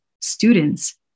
students